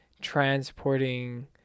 transporting